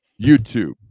YouTube